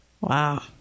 Wow